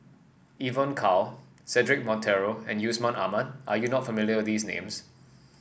Evon Kow Cedric Monteiro and Yusman Aman are you not familiar these names